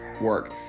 work